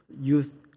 youth